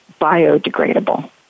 biodegradable